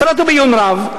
קראתי אותו בעיון רב.